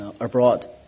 abroad